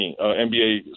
NBA